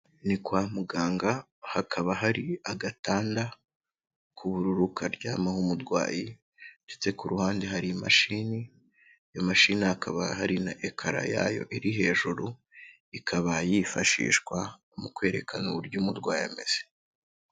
Ni kwa muganga hakaba hari agatanda k'ubururu karyamaho umurwayi ndetse ku ruhande hari imashini iyo mashini hakaba hari na ekara yayo iri hejuru, ikaba yifashishwa mu kwerekana uburyo umurwayi ameze.